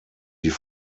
die